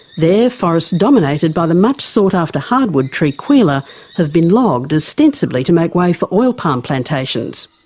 there, forests dominated by the much sought-after hardwood tree kwila have been logged, ostensibly to make way for oil palm plantations.